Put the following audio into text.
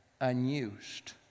unused